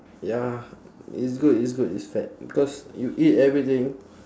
ya it's good it's good it's fat because you eat everything